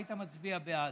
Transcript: היית מצביע בעד.